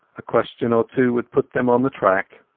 a question or two would put them on the track.